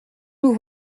nous